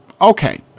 Okay